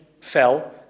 fell